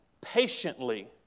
patiently